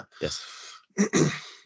Yes